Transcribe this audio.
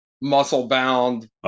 muscle-bound